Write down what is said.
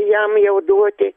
jam jau duoti